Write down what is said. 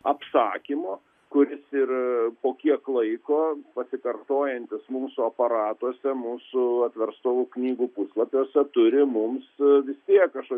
apsakymo kuris ir po kiek laiko pasikartojantis mūsų aparatuose mūsų atverstų knygų puslapiuose turi mums vistiek kažk